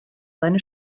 seine